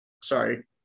Sorry